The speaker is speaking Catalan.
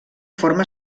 forma